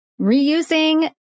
reusing